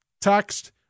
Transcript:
text